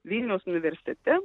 vilniaus universitete